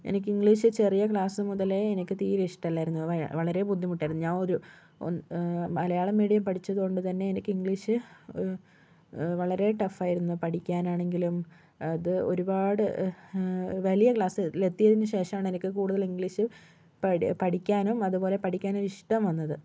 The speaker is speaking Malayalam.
എനിക്ക് ഇംഗ്ലീഷ് ചെറിയ ക്ലാസ്സ് മുതലേ എനിക്ക് തീരെ ഇഷ്ടമല്ലായിരുന്നു വളരെ ബുദ്ധിമുട്ടായിരുന്നു ഞാൻ ഒരു മലയാളം മീഡിയം പഠിച്ചതുകൊണ്ടുതന്നെ എനിക്ക് ഇംഗ്ലീഷ് വളരെ ടഫ് ആയിരുന്നു പഠിക്കാനാണെങ്കിലും അത് ഒരുപാട് വലിയ ക്ലാസ്സിലെത്തിയതിന് ശേഷമാണ് എനിക്ക് കൂടുതൽ ഇംഗ്ലീഷ് പഠിക്കാനും അതുപോലെ പഠിക്കാൻ ഒരിഷ്ടം വന്നത്